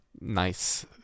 nice